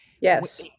Yes